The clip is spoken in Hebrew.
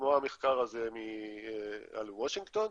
כמו המחקר הזה על וושינגטון.